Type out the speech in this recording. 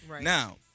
Now